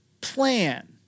plan